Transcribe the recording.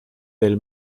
del